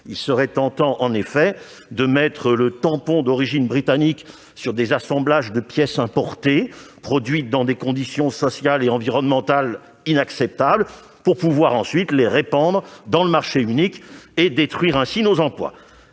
Il serait en effet tentant de mettre le tampon « origine britannique » sur des assemblages de pièces importées produites dans des conditions sociales et environnementales inacceptables pour pouvoir ensuite les répandre dans le marché unique et détruire ainsi nos emplois.